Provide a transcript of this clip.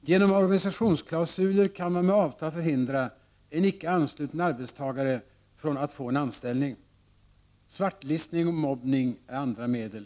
Genom organisationsklausuler kan man med avtal förhindra en icke ansluten arbetstagare från att få en anställning. Svartlistning och mobbning är andra medel.